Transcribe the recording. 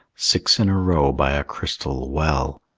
six in a row by a crystal well,